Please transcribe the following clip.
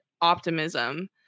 optimism